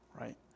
right